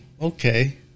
okay